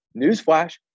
Newsflash